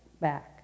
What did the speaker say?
back